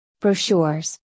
brochures